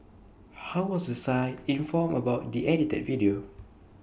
how was the site informed about the edited video